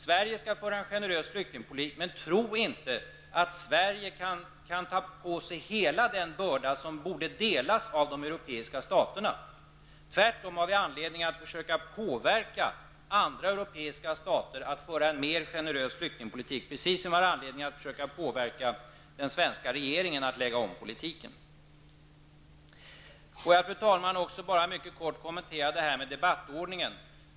Sverige skall föra en generös flyktingpolitik, men tro inte att Sverige kan ta på sig hela den börda som bör delas av de europeiska staterna. Vi har tvärtom anledning att försöka påverka andra europeiska stater att föra en mer generös flyktingpolitik, precis som vi har anledning att försöka påverka den svenska regeringen att lägga om politiken. Fru talman! Jag vill mycket kort kommentera frågan om debattordningen.